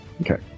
Okay